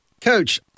Coach